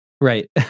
Right